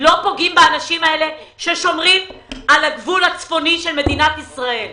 לא פוגעים באנשים האלה ששומרים על הגבול הצפוני של מדינת ישראל.